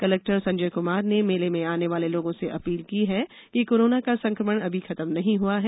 collector Sanjay Kumar ने मेले में आने वाले लोगों से अपील की है कि कोरोना का संक्रमण अभी खत्म नहीं हुआ है